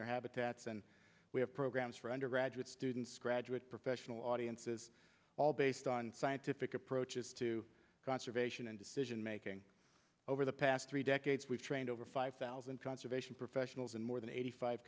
their habitats and we have programs for undergraduate students graduate professional audiences all based on scientific approaches to conservation and decision making over the past three decades we've trained over five thousand conservation professionals and more than eighty five